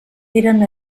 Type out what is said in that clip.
eren